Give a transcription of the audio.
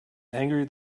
angry